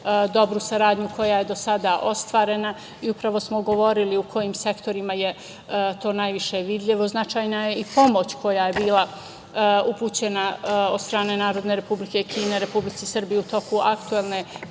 dobru saradnju koja je do sada ostvarena i upravo smo govorili u kojim sektorima je to najviše vidljivo. Značajna je i pomoć koja je bila upućena od strane Narodne Republike Kine Republici Srbiji u toku aktuelne